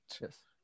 yes